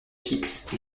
fixe